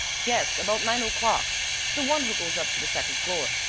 yes, about nine o'clock the one who goes up to the second floor.